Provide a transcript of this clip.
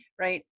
Right